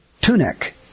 tunic